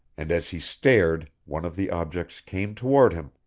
and as he stared one of the objects came toward him.